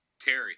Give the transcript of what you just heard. Terry